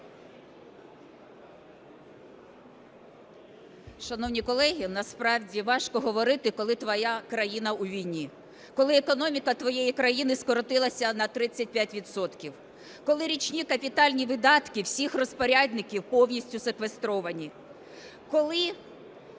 Шановні колеги, насправді важко говорити, коли твоя країна у війні, коли економіка твоєї країни скоротилася на 35 відсотків, коли річні капітальні видатки всіх розпорядників повністю секвестровані, коли